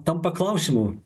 tampa klausimu